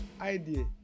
idea